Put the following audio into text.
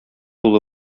улы